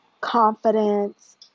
confidence